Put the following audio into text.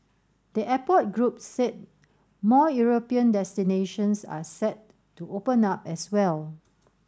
the airport group said more European destinations are set to open up as well